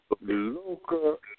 Local